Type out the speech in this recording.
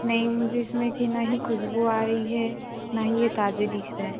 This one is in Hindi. नहीं मुझे इसमें कि ना ही खुशबू आ रही है ना ही ये ताजे दिख रहे